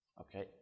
okay